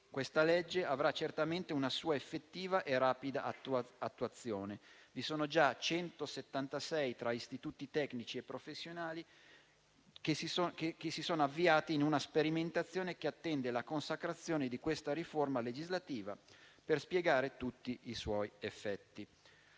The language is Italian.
questa legge avrà certamente una sua effettiva e rapida attuazione: sono già 176 gli istituti tecnici e professionali che hanno avviato una sperimentazione che attende la consacrazione di questa riforma legislativa per dispiegare tutti i propri effetti.